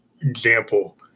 example